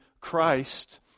Christ